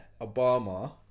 Obama